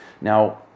Now